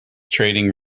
trading